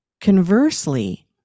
Conversely